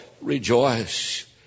rejoice